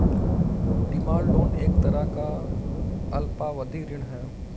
demand loan एक तरह का अल्पावधि ऋण है